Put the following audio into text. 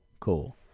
Cool